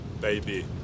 baby